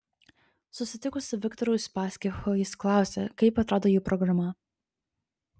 susitikus su viktoru uspaskichu jis klausė kaip atrodo jų programa